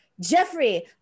Jeffrey